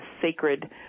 sacred